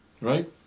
Right